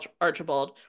archibald